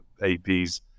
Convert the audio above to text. APs